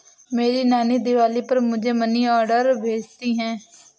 मेरी नानी दिवाली पर मुझे मनी ऑर्डर भेजती है